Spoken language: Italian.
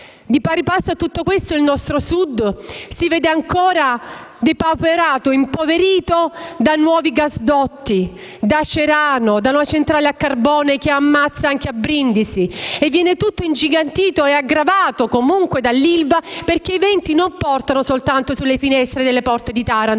Di pari a passo a tutto questo, il nostro Sud si vede ancora depauperato e impoverito dai nuovi gasdotti, da Cerano, da una centrale a carbone che ammazza anche a Brindisi. E tutto viene ingigantito e aggravato dall'ILVA, perché i venti non arrivano solo sulle finestre e sulle porte di Taranto